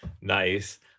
nice